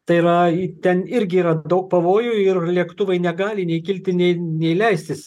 tai yra ten irgi yra daug pavojų ir lėktuvai negali nei kilti nei nei leistis